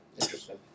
Interesting